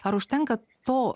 ar užtenka to